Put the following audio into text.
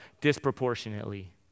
disproportionately